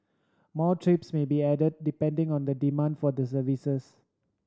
more trips may be added depending on the demand for the services